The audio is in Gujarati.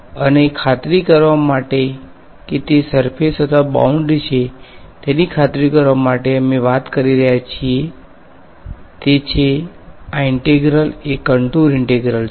અને ખાતરી કરવા માટે કે તે સર્ફેસ અથવા બાઉંડ્રી છે તેની ખાતરી કરવા માટે અમે વાત કરી રહ્યા છીએ તે છે કે આ ઈંટેગ્રલ એ કંટુર ઈંટેગ્રલ છે